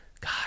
God